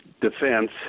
Defense